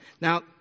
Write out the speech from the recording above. Now